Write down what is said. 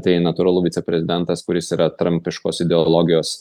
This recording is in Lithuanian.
tai natūralu viceprezidentas kuris yra trampiškos ideologijos